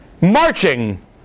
marching